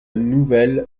nouvelle